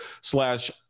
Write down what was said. slash